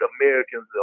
Americans